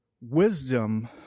wisdom